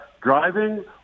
driving